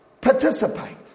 Participate